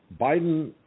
Biden